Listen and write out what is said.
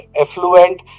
effluent